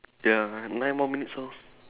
yeah nine more minutes orh